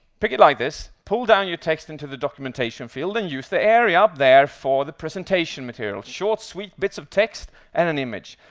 pick it like this, pull down your text into the documentation field, and use the area up there for the presentation material short, sweet bits of text and an image.